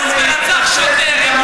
ודרס ורצח שוטר.